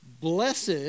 blessed